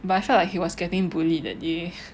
I felt like he was getting bullied that day